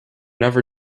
never